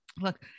look